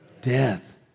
death